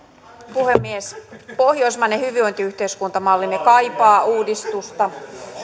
puhemies pohjoismainen hyvinvointiyhteiskuntamallimme kaipaa uudistusta